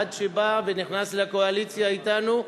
עד שבא ונכנס לקואליציה אתנו,